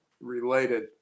related